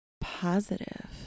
positive